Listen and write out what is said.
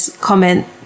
comment